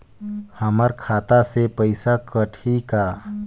हमर खाता से पइसा कठी का?